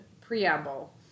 preamble